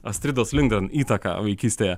astridos lindgren įtaka vaikystėje